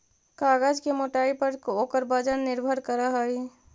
कागज के मोटाई पर ओकर वजन निर्भर करऽ हई